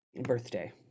birthday